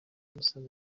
musanze